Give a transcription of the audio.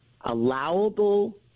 allowable